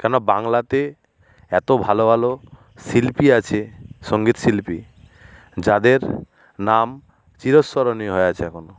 কেননা বাংলাতে এত ভালো ভালো শিল্পী আছে সঙ্গীত শিল্পী যাদের নাম চিরস্মরণীয় হয়ে আছে এখনও